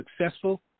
successful